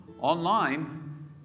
Online